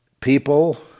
people